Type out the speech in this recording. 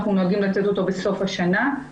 אנחנו נוהגים לתת אותו בסוף השנה.